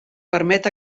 permet